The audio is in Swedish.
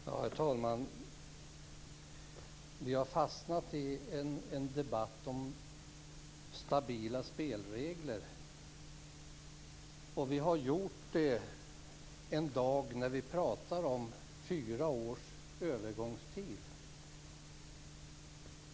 Herr talman! Vi har fastnat i en debatt om stabila spelregler, och det gör vi en dag när vi talar om fyra års övergångstid.